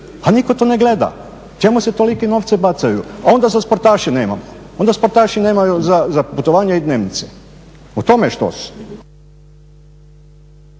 a nitko to ne gleda. Čemu se toliki novci bacaju, a onda za sportaše nema, onda sportaši nemaju za putovanja i dnevnice. O tome je štos.